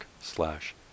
slash